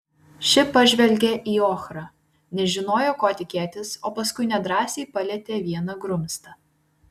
ši pažvelgė į ochrą nežinojo ko tikėtis o paskui nedrąsiai palietė vieną grumstą